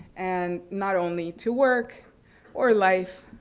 and not only to work or life,